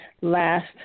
last